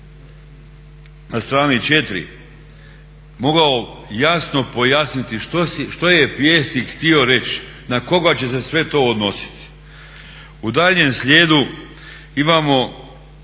na strani 4. mogao jasno pojasniti što je pjesnik htio reći? Na koga će se sve to odnositi? U daljnjem slijedu imamo